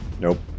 Nope